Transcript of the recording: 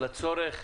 על הצורך,